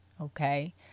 Okay